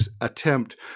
attempt